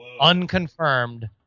Unconfirmed